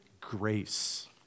grace